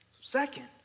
Second